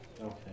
Okay